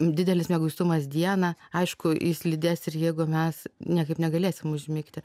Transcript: didelis mieguistumas dieną aišku jis lydės ir jeigu mes niekaip negalėsim užmigti